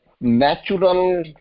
natural